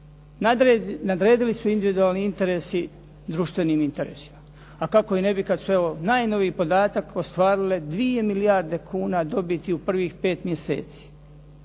Nadredili su individualni interesi društvenim interesiram a kako i ne bi kada su evo najnoviji podatak ostvarile 2 milijarde kuna dobiti u prvih 5 mjeseci,